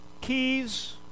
Keys